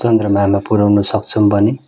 चन्द्रमामा पुऱ्याउन सक्षम बन्यो